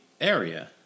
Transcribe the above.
area